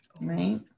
right